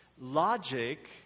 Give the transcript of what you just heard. Logic